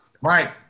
Mike